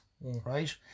right